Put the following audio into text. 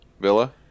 Villa